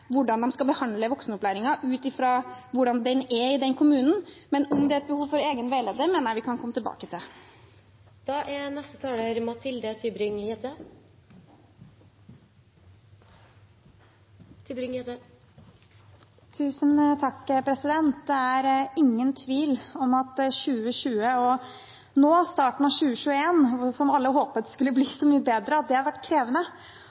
hvordan de skal behandle voksenopplæringen, ut fra hvordan den er i kommunen. Om det er behov for en egen veileder, mener jeg vi kan komme tilbake til. Det er ingen tvil om at 2020 og starten av 2021 – som alle håpet skulle bli så mye bedre – har vært krevende.